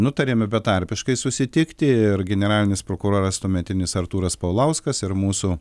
nutarėme betarpiškai susitikti ir generalinis prokuroras tuometinis artūras paulauskas ir mūsų